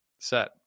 set